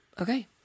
Okay